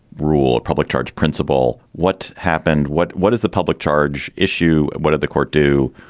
rule. a public charge principle. what happened? what what does the public charge issue? what did the court do?